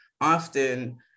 often